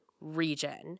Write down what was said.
region